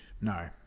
No